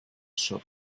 shop